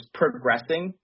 progressing